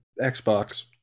Xbox